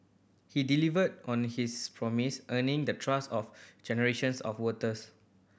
he delivered on his promise earning the trust of generations of voters